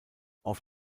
auf